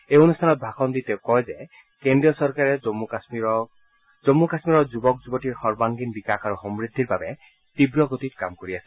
এই অনুষ্ঠানত ভাষণ দি তেওঁ কয় যে কেন্দ্ৰীয় চৰকাৰে জম্মু কাশ্মীৰৰ যুৱক যুৱতীৰ সৰ্বাংগীন বিকাশ আৰু সমূদ্ধিৰ বাবে তীৱ গতিত কাম কৰি আছে